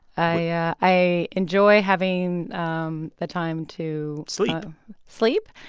i yeah i enjoy having um the time to. sleep sleep.